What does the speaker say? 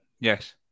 Yes